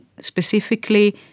specifically